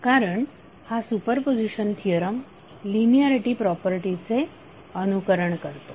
कारण हा superposition theorem linearity प्रॉपर्टीचे अनुकरण करतो